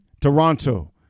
Toronto